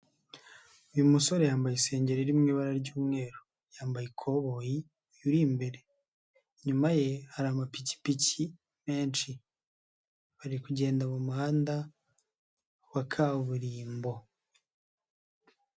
Uyu musore yambaye isengero riri mu ibara ry'umweru. Yambaye ikoboyi, uyu iri imbere. Inyuma ye hari amapikipiki menshi. Bari kugenda mu muhanda wa kaburimbo.